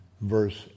verse